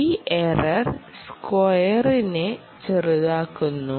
ഈ എറർ സ്ക്വയറിനെ ചെറുതാക്കുന്നു